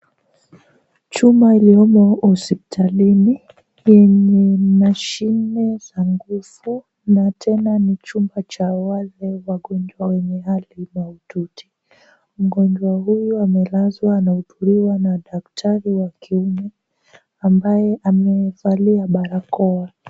Chuma iliyomo hospitalini yenye mashine za nguvu na tena ni chumba cha wale wagonjwa wenye hali mahututi. Mgonjwa huyu amelazwa anahudumiwa na daktari wa kiume ambaye amevalia barakoa.